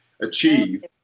achieve